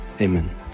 Amen